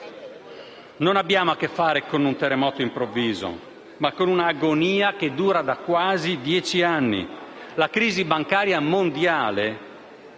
Abbiamo a che fare non con un terremoto improvviso, ma con un'agonia che dura da quasi dieci anni. La crisi bancaria mondiale